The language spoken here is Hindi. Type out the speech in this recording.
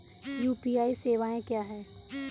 यू.पी.आई सवायें क्या हैं?